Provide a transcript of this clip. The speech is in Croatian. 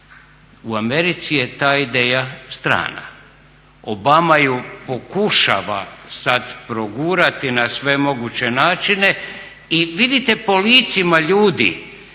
U Americi je ta ideja strana. Obama ju pokušava sad progurati na sve moguće načine i vidite po licima ljudi